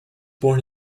born